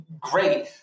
great